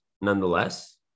nonetheless